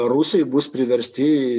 rusai bus priversti